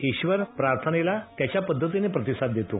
ईश्वर प्रार्थनेला त्याच्या पद्धतीने प्रतिसाद देतो